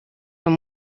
were